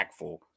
impactful